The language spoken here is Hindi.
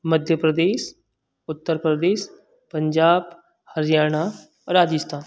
मध्य प्रदेश उत्तर प्रदेश पंजाब हरियाणा राजस्थान